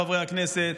חברי הכנסת,